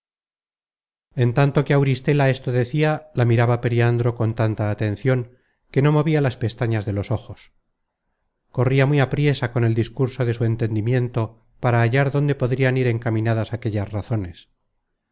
en tanto que auristela esto decia la miraba periandro con tanta atencion que no movia las pestañas de los ojos corria muy apriesa con el discurso de su entendimiento para hallar donde podrian ir encaminadas aquellas razones